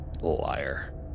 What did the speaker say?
Liar